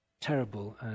terrible